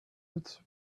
its